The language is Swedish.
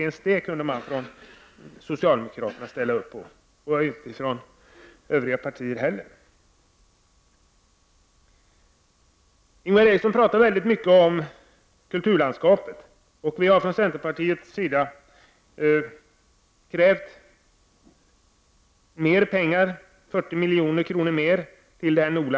Men inte ens det kunde socialdemokraterna ställa upp på, och det gällde även övriga partier. Ingvar Eriksson talar väldigt mycket om kulturlandskapet. Vi i centerpartiet har krävt 40 miljoner mera beträffande NOLA-anslaget.